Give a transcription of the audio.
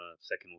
second